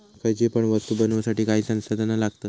खयची पण वस्तु बनवुसाठी काही संसाधना लागतत